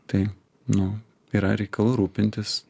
tai nu yra reikalų rūpintis